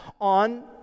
on